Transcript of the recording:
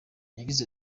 yagize